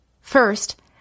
First